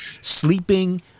sleeping